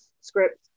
script